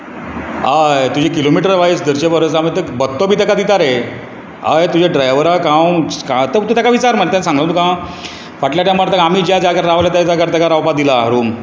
हय तुजी किलोमिटर वायज धरचे परस भत्तो बि तेका दिता रे हय तुज्या ड्रायव्हराक हांव तेका विचार मरे तेणे सांगले ना तुका फाटल्या टायमार आमी रावलें ज्या जाग्यार तेकां रावपाक दिलां रुम